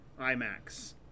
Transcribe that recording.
IMAX